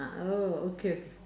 ah oh okay o~